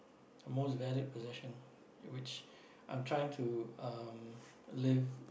most valued possession which I'm trying to um leave